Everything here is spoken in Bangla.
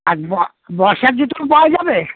আর ব বর্ষার জুতো পাওয়া যাবে